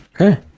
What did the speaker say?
Okay